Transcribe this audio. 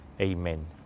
Amen